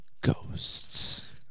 ghosts